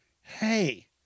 hey